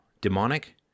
Demonic